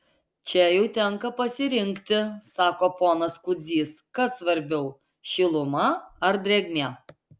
čia jau tenka pasirinkti sako ponas kudzys kas svarbiau šiluma ar drėgmė